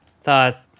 thought